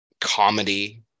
comedy